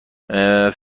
فکر